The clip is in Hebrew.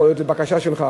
יכול להיות שזו בקשה שלך,